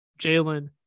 Jalen